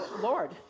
Lord